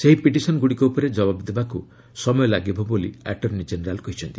ଏହି ପିଟିସନ୍ଗୁଡ଼ିକ ଉପରେ ଜବାବ ଦେବାକୁ ସମୟ ଲାଗିବ ବୋଲି ଆଟର୍ଶ୍ଣି ଜେନେରାଲ୍ କହିଛନ୍ତି